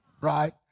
right